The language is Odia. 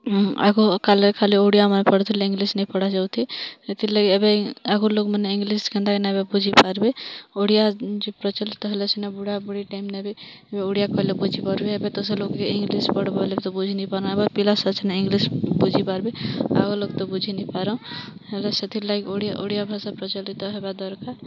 ହୁଁ ଆଗ କାଲେ ଖାଲି ଓଡ଼ିଆ ଆମେ ପଢ଼ୁଥିଲୁଁ ଇଂଗ୍ଲିଶ୍ ନାଇ ପଢ଼ାଯାଉଥାଇ ଏଥିର୍ଲାଗି ଏବେ ଆଗର୍ ଲୋକ୍ମାନେ ଇଂଗ୍ଲିଶ୍ ନା କେନ୍ତାକିନା ଏବେ ବୁଝି ପାର୍ବେ ଓଡ଼ିଆ ପ୍ରଚଳିତ ହେଲେ ସିନା ବୁଢ଼ାବୁଢୀ ଟାଇମ୍ ନେବେ ଓଡ଼ିଆ କହିଲେ ବୁଝିପାର୍ବେ ଏବେ ତ ସେ ଲୋକ୍ ଇଂଗ୍ଲିଶ୍ ପଢ଼୍ବେ ବେଲେ ବୁଝି ନାଇ ପାର୍ବେ ପିଲା ଛୁଆ ନାଇ ଇଂଗ୍ଲିଶ୍ ବୁଝିପାର୍ବେ ଆଉ ଲୋକ୍ ତ ବୁଝି ନାଇପାରନ୍ ହେଲେ ସେଥିର୍ଲାଗି ଓଡ଼ିଆ ଓଡ଼ିଆ ଭାଷା ପ୍ରଚଳିତ ହେବା ଦର୍କାର୍